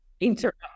interrupt